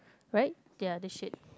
right ya the shirt